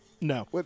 No